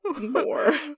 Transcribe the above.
more